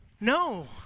No